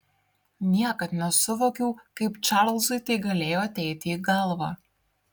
niekad nesuvokiau kaip čarlzui tai galėjo ateiti į galvą